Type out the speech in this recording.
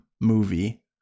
movie